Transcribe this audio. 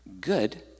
Good